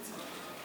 בעצם?